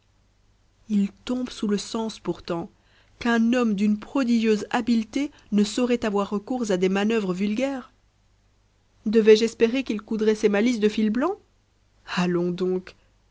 il tombe sous le sens pourtant qu'un homme d'une prodigieuse habileté ne saurait avoir recours à des manœuvres vulgaires devais-je espérer qu'il coudrait ses malices de fil blanc allons donc